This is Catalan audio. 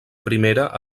primera